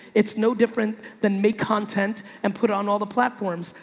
it's no different than may content and put on all the platforms.